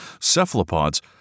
Cephalopods